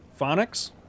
Phonics